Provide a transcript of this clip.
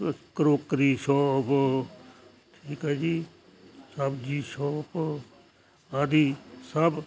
crockery shop ਠੀਕ ਹੈ ਜੀ ਸਬਜ਼ੀ ਸ਼ੌਪ ਆਦਿ ਸਭ